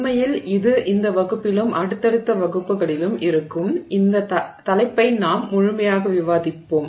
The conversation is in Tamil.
உண்மையில் இது இந்த வகுப்பிலும் அடுத்தடுத்த வகுப்புகளிலும் இருக்கும் இந்த தலைப்பை நாம் முழுமையாக விவாதிப்போம்